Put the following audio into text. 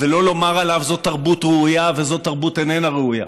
ולא לומר עליו: זו תרבות ראויה וזו תרבות שאיננה ראויה.